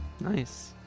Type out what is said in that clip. Nice